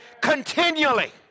Continually